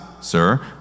sir